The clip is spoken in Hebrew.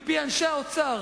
מפי אנשי האוצר.